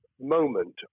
moment